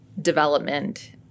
development